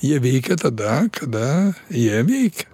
jie veikia tada kada jie veikia